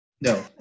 No